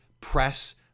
press